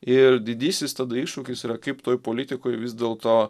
ir didysis tada iššūkis yra kaip toj politikoj vis dėl to